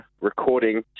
recording